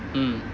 mm